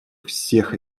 всех